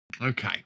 Okay